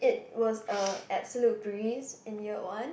it was a absolute breeze in year one